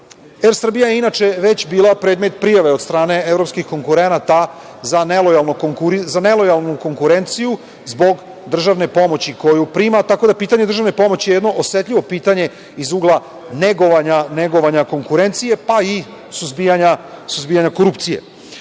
„Er Srbija“ je već bila predmet prijave od strane evropskih konkurenata za nelojalnu konkurenciju zbog državne pomoći koju prima, tako da je pitanje državne pomoći jedno osetljivo pitanje iz ugla negovanja konkurencije, pa i suzbijanja korupcije. Dakle,